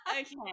Okay